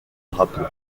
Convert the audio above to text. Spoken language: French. drapeau